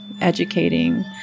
educating